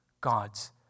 God's